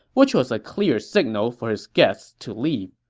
which was a clear signal for his guests to leave.